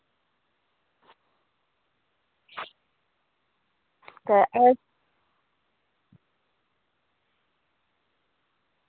ते